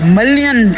million